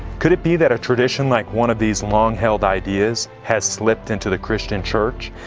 could it be that a tradition like one of these long held ideas has slipped into the christian church?